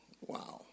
Wow